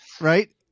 right